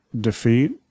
defeat